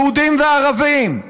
יהודים וערבים,